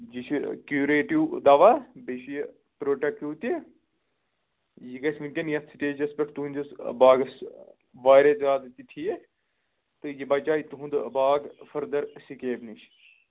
یہِ چھِ کیوٗریٹِو دَوا بیٚیہِ چھِ یہِ پرٛوٹیکٹِو تہِ یہِ گژھِ وٕنکٮ۪ن یَتھ سٹیجَس پٮ۪ٹھ تُہٕنٛدِس باغس واریاہ زیادٕ تہِ ٹھیٖک تہٕ یہِ بَچاوِ تُہُنٛد باغ فٔردَر سکیب نِش